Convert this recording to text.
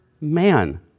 man